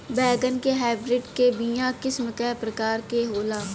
बैगन के हाइब्रिड के बीया किस्म क प्रकार के होला?